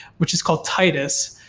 which is called titus.